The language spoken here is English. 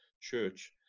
church